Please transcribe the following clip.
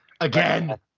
Again